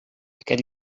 aquest